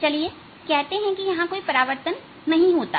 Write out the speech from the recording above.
चलिए कहते हैं कि यहां कोई परावर्तन नहीं होता है